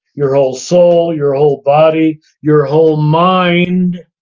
your whole soul, your whole body, your whole mind,